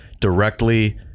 directly